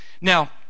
Now